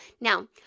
Now